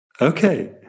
Okay